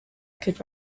could